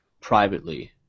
privately